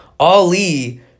Ali